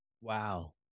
Wow